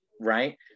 right